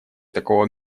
такого